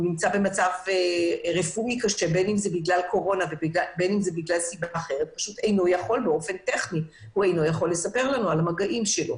במצב רפואי קשה פשוט אינו יכול לספר לנו על המגעים שלו.